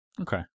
Okay